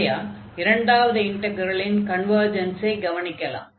ஆகையால் இரண்டாவது இன்டக்ரலின் கன்வர்ஜன்ஸை கவனிக்கலாம்